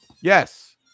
Yes